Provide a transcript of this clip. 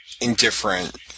indifferent